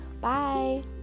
Bye